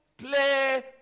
Play